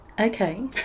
okay